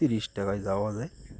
তিরিশ টাকায় যাওয়া যায়